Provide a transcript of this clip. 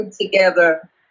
together